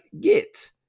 Get